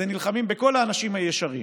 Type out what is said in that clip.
אתם נלחמים בכל האנשים הישרים.